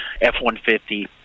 F-150